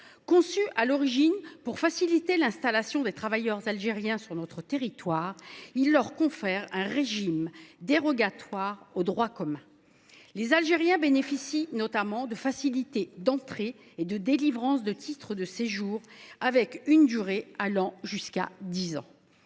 Conçu à l’origine pour faciliter l’installation de travailleurs algériens sur notre territoire, il confère aux Algériens un régime dérogatoire au droit commun. Ces derniers bénéficient notamment de facilités d’entrée et de délivrance de titres de séjour, avec des durées allant jusqu’à dix ans.